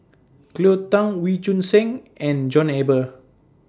Cleo Thang Wee Choon Seng and John Eber